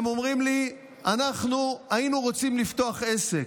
הם אומרים לי: אנחנו היינו רוצים לפתוח עסק,